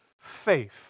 faith